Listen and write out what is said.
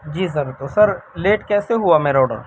جی sir تو sir late کیسے ہوا میرا آڈر